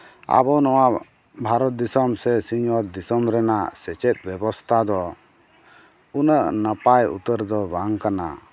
ᱟᱵᱚ ᱱᱚᱣᱟ ᱵᱷᱟᱨᱚᱛ ᱫᱤᱥᱚᱢ ᱥᱮ ᱥᱤᱧᱚᱛ ᱫᱤᱥᱚᱢ ᱨᱮᱱᱟᱜ ᱥᱮᱪᱮᱫ ᱵᱮᱵᱚᱥᱛᱷᱟ ᱫᱚ ᱩᱱᱟᱹᱜ ᱱᱟᱯᱟᱭ ᱩᱛᱟᱹᱨ ᱫᱚ ᱵᱟᱝ ᱠᱟᱱᱟ